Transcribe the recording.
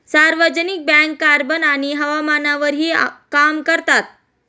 सार्वजनिक bank carbon आणि हवामानावरही काम करतात